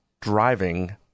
driving